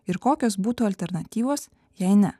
ir kokios būtų alternatyvos jei ne